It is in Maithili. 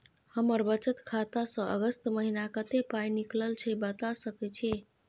हमर बचत खाता स अगस्त महीना कत्ते पाई निकलल छै बता सके छि?